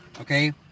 Okay